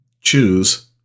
choose